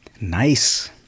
Nice